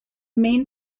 main